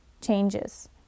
changes